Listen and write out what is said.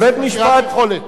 חקירת יכולת.